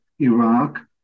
Iraq